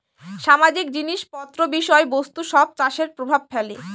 সামাজিক জিনিস পত্র বিষয় বস্তু সব চাষে প্রভাব ফেলে